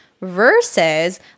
versus